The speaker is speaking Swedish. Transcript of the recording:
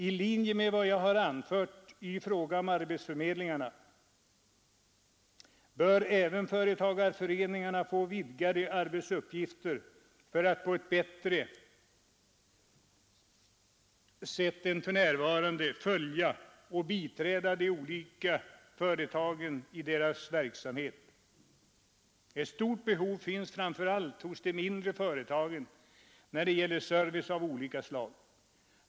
I linje med vad jag har anfört i fråga om arbetsförmedlingarna bör även företagarföreningarna få vidgade arbetsuppgifter för att på ett bättre sätt än för närvarande följa och biträda de olika företagen i deras verksamhet. Ett stort behov finns framför allt hos de mindre företagen när det gäller service av olika slag.